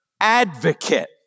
advocate